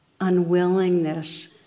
unwillingness